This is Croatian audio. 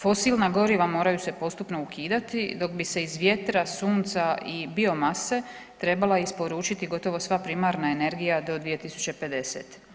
Fosilna goriva moraju se postupno ukidati, dok bi se iz vjetra, sunca i bio mase trebala isporučiti gotovo sva primarna energija do 2050.